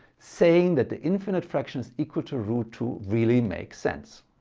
saying that the infinite fraction is equal to root two really makes sense.